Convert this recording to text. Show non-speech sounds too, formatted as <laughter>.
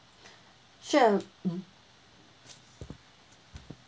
<breath> sure <noise>